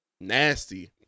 Nasty